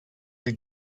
the